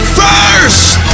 first